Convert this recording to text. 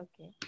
Okay